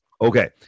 okay